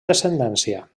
descendència